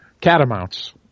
catamounts